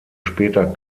später